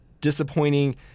disappointing